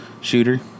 Shooter